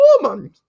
woman